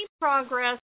progress